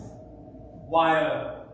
wire